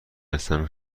هستم